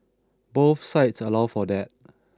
both sites allow for that